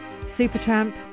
Supertramp